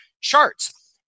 charts